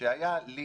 שהיה לי